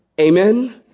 Amen